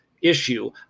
issue